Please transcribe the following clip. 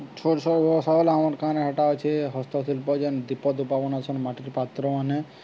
ଛୋଟ ଛୋଟ ବ୍ୟବସାୟ ହେଲେ ଆମ କନ୍ ହେଟା ଅଛେ ହସ୍ତଶିଳ୍ପ ଯେନ୍ ଦୀପଦୂପା ବନାସନ୍ ମାଟିର୍ ପାତ୍ରମାନେ